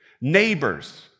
neighbors